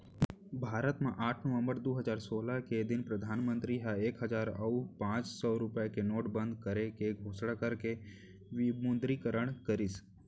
भारत म आठ नवंबर दू हजार सोलह के दिन परधानमंतरी ह एक हजार अउ पांच सौ रुपया के नोट बंद करे के घोसना करके विमुद्रीकरन करिस